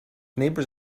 neighbors